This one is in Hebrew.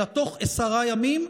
אלא תוך עשרה ימים,